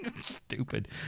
Stupid